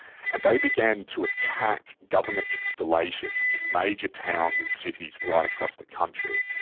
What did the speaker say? and they began to attack government installations in major towns and cities right across the country,